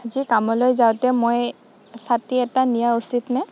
আজি কামলৈ যাওঁতে মই ছাতি এটা নিয়া উচিতনে